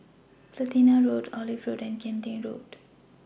Platina Road Olive Road and Kian Teck Road